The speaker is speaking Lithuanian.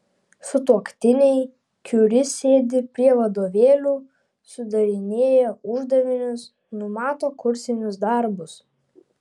sutuoktiniai kiuri sėdi prie vadovėlių sudarinėja uždavinius numato kursinius darbus